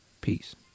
Peace